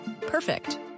Perfect